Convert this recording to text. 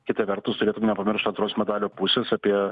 kita vertus turėtum nepamiršti antros medalio pusės apie